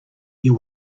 you